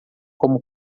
como